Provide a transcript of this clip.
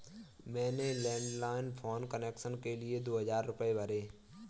मैंने landline phone connection के लिए दो हजार रुपए भरे